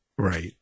Right